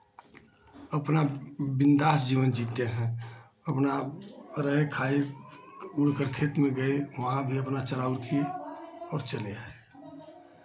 अपना बिंदास जीवन जीते हैं अपना रहे खाए उड़कर खेत में गए वहाँ भी अपना चराउ किए और चले आए